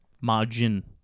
margin